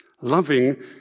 Loving